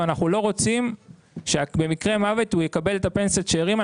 ואנחנו לא רוצים שבמקרה מוות הוא יקבל את הפנסיית שארים.